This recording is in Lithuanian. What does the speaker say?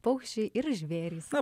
paukščiai ir žvėrys